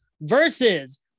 versus